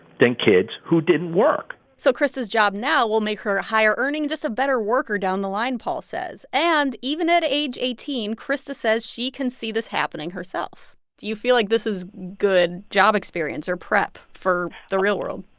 kids who didn't work so krista's job now will make her a higher-earning and just a better worker down the line, paul says. and even at age eighteen, krista says she can see this happening herself do you feel like this is good job experience or prep for the real world?